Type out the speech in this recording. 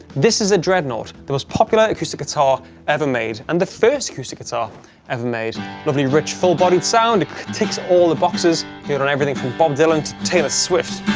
this is a dreadnought there was popular acoustic guitar ever made and the first acoustic guitar ever made lovely rich full-bodied sound ticks all the boxes here on everything from bob dylan to taylor swift